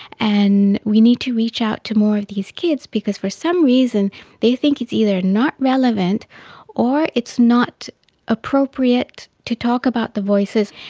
and we need to reach out to more of these kids because for some reason they think it's either not relevant or it's not appropriate to talk about the voices,